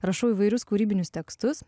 rašau įvairius kūrybinius tekstus